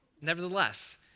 Nevertheless